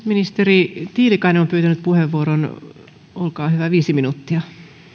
ministeri tiilikainen on pyytänyt puheenvuoron olkaa hyvä viisi minuuttia